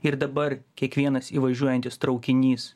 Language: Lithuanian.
ir dabar kiekvienas įvažiuojantis traukinys